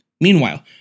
Meanwhile